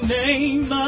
name